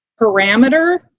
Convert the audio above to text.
parameter